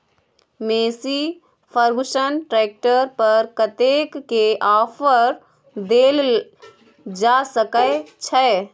Massey Ferguson tractor पर कतेक के ऑफर देल जा सकै छै?